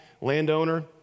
landowner